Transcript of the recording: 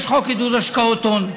יש חוק עידוד השקעות הון,